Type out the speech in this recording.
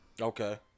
Okay